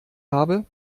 habe